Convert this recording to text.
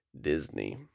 Disney